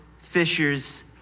fishers